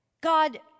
God